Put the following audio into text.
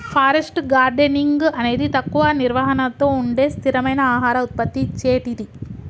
forest gardening అనేది తక్కువ నిర్వహణతో ఉండే స్థిరమైన ఆహార ఉత్పత్తి ఇచ్చేటిది